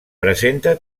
presenta